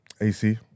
AC